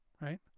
right